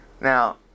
Now